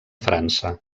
frança